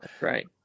right